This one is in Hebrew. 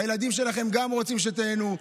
הילדים שלכם רוצים שגם תיהנו.